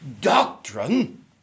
doctrine